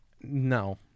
No